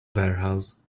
warehouse